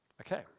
Okay